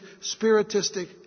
spiritistic